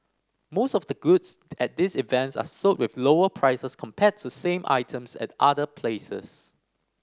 most of the goods at these events are sold with lower prices compared to same items at other places